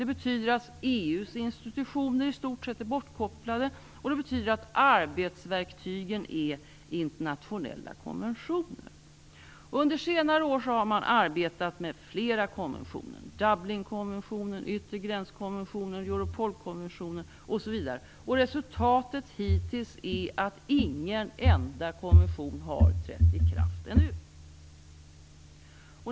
Det betyder att EU:s institutioner i stort sett är bortkopplade och att arbetsverktygen är internationella konventioner. Under senare år har man arbetat med flera konventioner - Dublinkonventionen, Yttregränskonventionen, Europolkonventionen osv. Resultatet är att ingen enda konvention har trätt i kraft ännu.